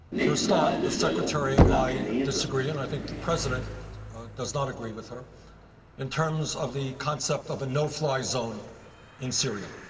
for a start, the secretary and i disagree and i think the president does not agree with her in terms of the concept of a no-fly zone in syria.